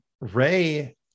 ray